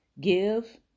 give